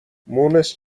مونس